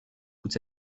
toute